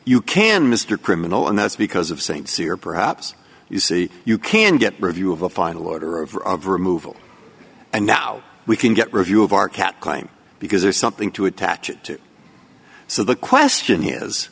you can mr criminal and that's because of st cyr perhaps you see you can get review of a final order of or of removal and now we can get review of our cat claim because there's something to attach it to so the question is